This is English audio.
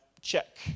check